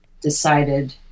decided